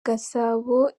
gasabo